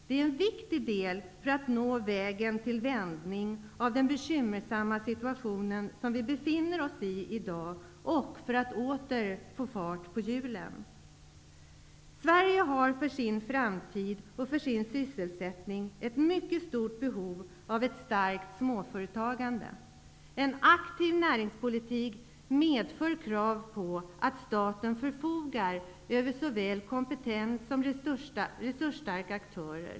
Det är en viktig del för att nå vägen till vändning i den bekymmersamma situation som vi i dag befinner oss i och för att åter få fart på hjulen. Sverige har för sin framtid och för sin sysselsättning ett mycket stort behov av ett starkt småföretagande. En aktiv näringspolitik kräver att staten förfogar över såväl kompetens som resursstarka aktörer.